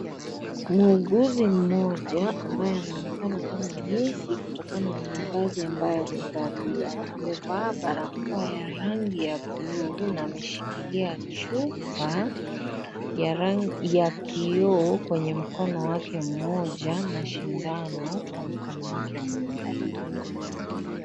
Muuguzi mmoja ambaye anaonekana kama nesi kutokana na mavazi ambayo amevalia, amevaa barakoa ya rangi ya bluu na ameshikilia chupa ya kioo, kwenye mkono wake mmoja, na sindano kwa mkono wake mwingine.